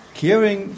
caring